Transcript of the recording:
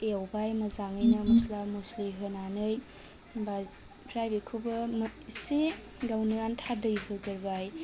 एवबाय मोजाङैनो मस्ला मस्लि होनानै होमबा आमफ्राय बेखौबो एसे गावनो आन्था दै होग्रोबाय